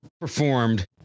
performed